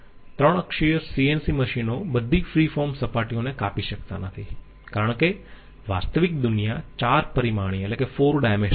ત્રણ અક્ષીય સીએનસી મશીનો બધી ફ્રી ફોર્મ સપાટીઓ ને કાપી શકતા નથી કારણ કે વાસ્તવિક દુનિયા 4 પરિમાણીય છે